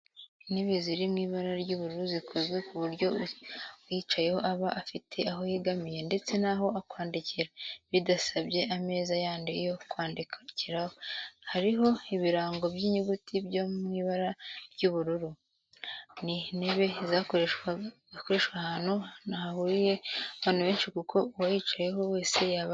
Intebe ziri mu ibara ry'ubururu zikozwe ku buryo uyicayeho aba afite aho yegamira ndetse n'aho kwandikira bidasabye ameza yandi yo kwandikiraho, hariho ibirango by'inyuguti byo mu ibara ry'umweru. Ni intebe zakoreshwa ahantu hahuriye abantu benshi kuko uwayicaraho wese yaba yicaye neza.